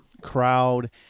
crowd